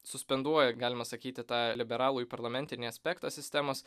suspenduoja galima sakyti tą liberalui parlamentinį aspektą sistemos